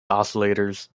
oscillators